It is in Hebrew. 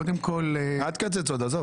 אל תקצץ עוד, עזוב.